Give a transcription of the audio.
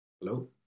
hello